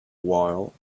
while